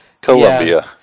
Colombia